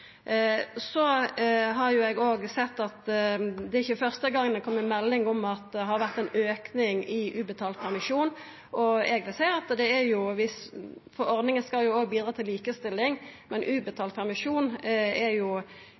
Så har eg òg sett at det ikkje er første gongen det kjem melding om at det har vore ein auke i ubetalt permisjon. Eg vil seia at ordninga òg skal bidra til likestilling, men ubetalt permisjon er